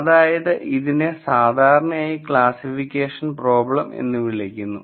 അതായത് ഇതിനെ സാധാരണയായി കാൽസിഫിക്കേഷൻ പ്രോബ്ലം എന്ന് വിളിക്കുന്നു